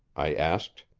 i asked.